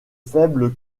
faibles